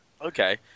Okay